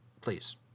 please